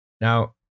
Now